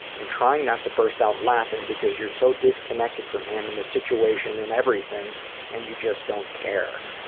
and trying not to burst out laughing because you are so disconnected from him and the situation and everything and you just don't care.